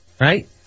right